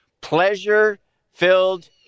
Pleasure-filled